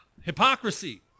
hypocrisy